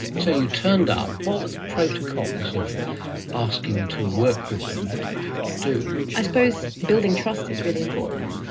so you turned up. what were the protocols of asking to work with them? what did you have to do? i suppose building trust is really important.